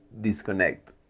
disconnect